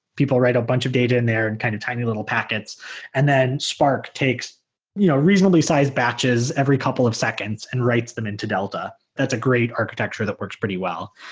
people write a bunch of data in there in kind of tiny little packets and then spark takes you know reasonably-sized batches every couple of seconds and writes them into delta. that's a great architecture that works pretty well.